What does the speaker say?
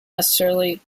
necessarily